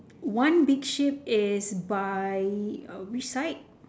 one big sheep is by which side